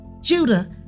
Judah